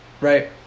right